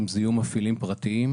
אם יהיו אלה מפעילים פרטיים.